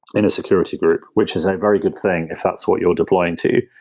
in a security group, which is a very good thing if that's what you're deploying to.